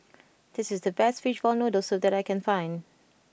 this is the best Fishball Noodle Soup that I can find